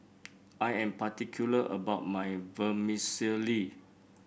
I am particular about my Vermicelli